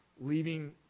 leaving